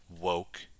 woke